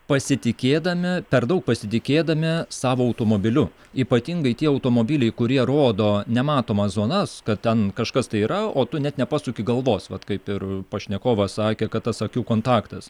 pasitikėdami per daug pasitikėdami savo automobiliu ypatingai tie automobiliai kurie rodo nematomas zonas kad ten kažkas tai yra o tu net nepasuki galvos vat kaip ir pašnekovas sakė kad tas akių kontaktas